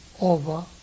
over